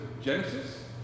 Genesis